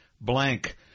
blank